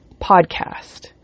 podcast